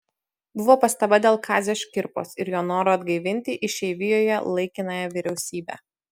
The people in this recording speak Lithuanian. buvo pastaba dėl kazio škirpos ir jo noro atgaivinti išeivijoje laikinąją vyriausybę